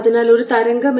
അതിനാൽ ഈ ദൂരം a